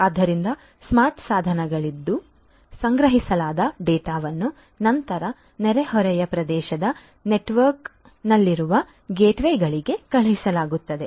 ಆದ್ದರಿಂದ ಸ್ಮಾರ್ಟ್ ಸಾಧನಗಳಿಂದ ಸಂಗ್ರಹಿಸಲಾದ ಡೇಟಾವನ್ನು ನಂತರ ನೆರೆಹೊರೆಯ ಪ್ರದೇಶದ ನೆಟ್ವರ್ಕ್ನಲ್ಲಿರುವ ಗೇಟ್ವೇಗಳಿಗೆ ಕಳುಹಿಸಲಾಗುತ್ತದೆ